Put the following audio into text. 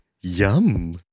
Yum